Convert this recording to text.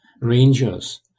Rangers